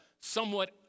somewhat